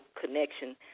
connection